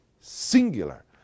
singular